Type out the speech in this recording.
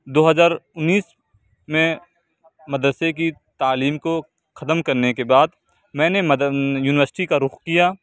دو ہزار انیس میں مدرسے کی تعلیم کو ختم کرنے کے بعد میں نے یونیورسٹی کا رخ کیا